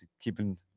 Keeping